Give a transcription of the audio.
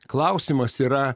klausimas yra